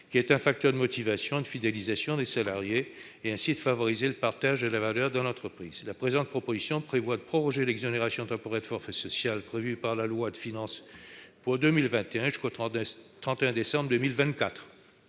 salarié- un facteur de motivation et de fidélisation des salariés -et ainsi de favoriser le partage de la valeur dans l'entreprise. La présente proposition a pour objet de proroger l'exonération temporaire de forfait social prévue par la loi de finances initiale pour 2021 jusqu'au 31 décembre 2024.